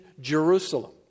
Jerusalem